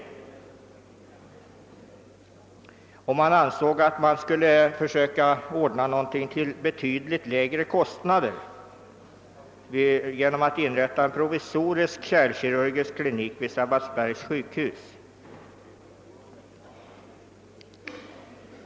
Det ansågs att man skulle försöka ordna någonting till betydligt lägre kostnader genom att inrätta en provisorisk kärlkirurgisk klinik vid Sabbatsbergs sjukhus.